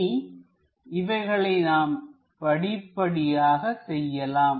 இனி இவைகளை நாம் படிப்படியாக செய்யலாம்